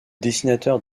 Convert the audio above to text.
dessinateur